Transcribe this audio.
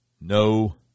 no